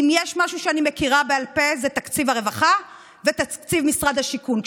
אם יש משהו שאני מכירה בעל פה זה את תקציב הרווחה ותקציב משרד השיכון.